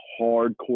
hardcore